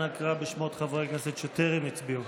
אנא קרא בשמות חברי הכנסת שטרם הצביעו.